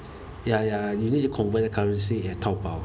ya ya you need to convert currency at Taobao